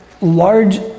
large